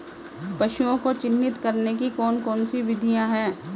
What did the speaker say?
पशुओं को चिन्हित करने की कौन कौन सी विधियां हैं?